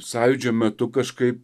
sąjūdžio metu kažkaip